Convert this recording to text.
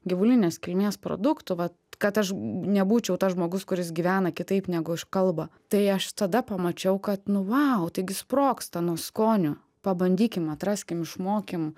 gyvulinės kilmės produktų vat kad aš nebūčiau tas žmogus kuris gyvena kitaip negu aš kalba tai aš tada pamačiau kad nu vau taigi sprogsta nuo skonių pabandykim atraskim išmokim